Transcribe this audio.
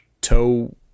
toe